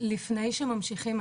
לפני שממשיכים,